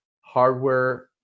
hardware